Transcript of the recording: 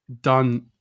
done